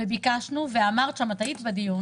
היית בדיון,